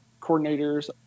coordinators